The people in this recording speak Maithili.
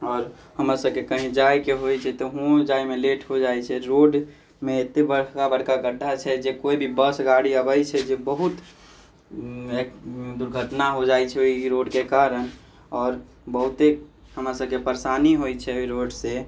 आओर हमर सभके कहीँ जाइके होइत छै तहूँ जाइमे लेट हो जाइत छै रोडमे एते बड़का बड़का गड्ढा छै जे कोइ भी बस गाड़ी अबैत छै जे बहुत दुर्घटना हो जाइत छै ओहि रोडके कारण आओर बहुते हमरा सभकेँ परेशानी होइत छै ओहि रोड से